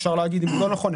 אפשר להגיד אם הוא לא נכון,